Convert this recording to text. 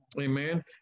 Amen